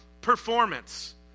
performance